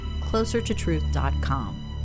closertotruth.com